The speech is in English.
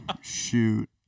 Shoot